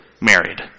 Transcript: married